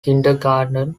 kindergarten